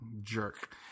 jerk